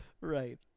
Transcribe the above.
right